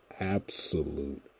absolute